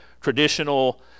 traditional